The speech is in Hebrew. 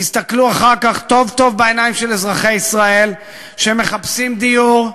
תסתכלו אחר כך טוב-טוב בעיניים של אזרחי ישראל שמחפשים דיור,